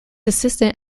assistant